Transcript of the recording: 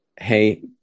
hey